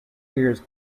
years